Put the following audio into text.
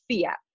Fiat